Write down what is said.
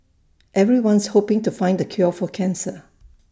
everyone's hoping to find the cure for cancer